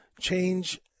change